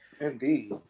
Indeed